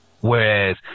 whereas